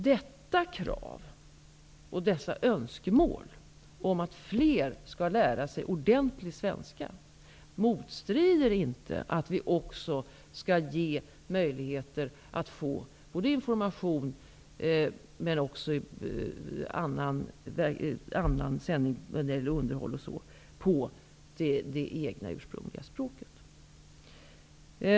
Detta krav och dessa önskemål om att fler skall lära sig ordentlig svenska motstrider inte att vi också skall ge möjligheter att få både information och annan typ av sändning, som t.ex. underhållning, på det egna, ursprungliga språket.